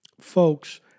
folks